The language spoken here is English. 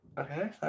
Okay